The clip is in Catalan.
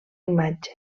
imatge